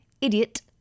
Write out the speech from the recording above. idiot